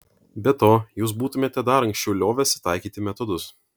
be to jūs būtumėte dar anksčiau liovęsi taikyti metodus